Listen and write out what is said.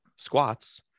squats